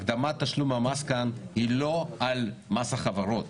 הקדמת תשלום המס כאן היא לא על מס החברות